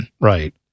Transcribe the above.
Right